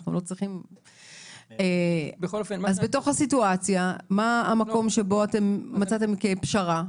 בתוך הסיטואציה מה המקום שמצאתם כפשרה?